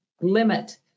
limit